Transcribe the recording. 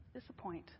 Disappoint